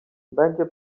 będzie